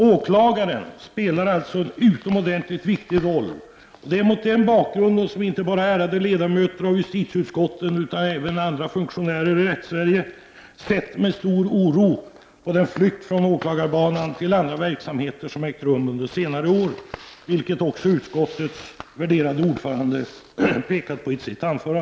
Åkagaren spelar alltså en utomordentligt viktig roll, och det är mot den bakgrunden som inte bara ärade ledamöter av justitieutskottet utan även andra funktionärer i Rättssverige sett med stor oro på den flykt från åklagarbanan till andra verksamheter som ägt rum under senare år, vilket också utskottets värderade ordförande påpekat.